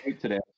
today